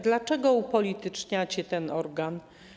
Dlaczego upolityczniacie ten organ?